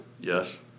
Yes